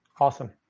awesome